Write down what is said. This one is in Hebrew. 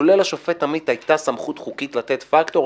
לו לשופט עמית הייתה סמכות חוקית לתת פקטור,